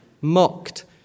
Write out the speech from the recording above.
Mocked